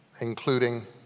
including